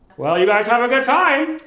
well, you guys have a good time.